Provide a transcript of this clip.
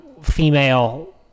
female